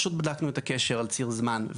פשוט בדקנו את הקשר על ציר זמן.